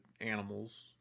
animals